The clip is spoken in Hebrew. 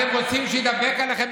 אתם רוצים שיידבק אליכם